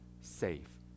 safe